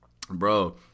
Bro